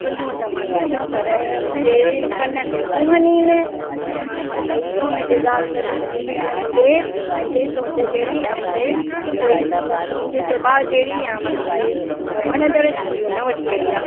फुलियूं त मां ॾिठियूं पर मुंहिंजे कननि ते सुहनि ई न मां चयो भई सोन जे ॻाल्हि में त मुंहिंजी भेण मुंहिंजे मुंहिंजे सोचु जहिड़ी आहे मुंहिंजे चोइस मींस के मुंहिंजे सुभाउ जहिड़ी आहे माना मुंहिंजे वणंदड़ जी फुलियूं न वठी आई आहे